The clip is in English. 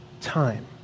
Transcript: time